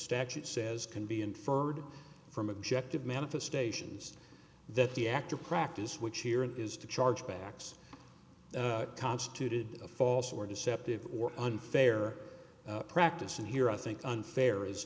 statute says can be inferred from objective manifestations that the act or practice which here it is to charge backs constituted a false or deceptive or unfair practice and here i think unfair is